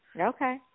Okay